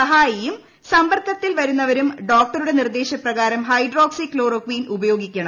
സഹായിയും സമ്പർക്കത്തിൽ വരുന്നവരും ഡോക്ടറുടെ നിർദ്ദേശപ്രകാരം ഹൈഡ്രോക്സി ക്ലോറോക്വീൻ ഉപയോഗിക്കണം